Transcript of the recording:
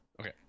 Okay